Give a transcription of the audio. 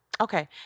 Okay